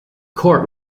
court